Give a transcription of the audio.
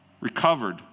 recovered